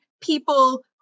people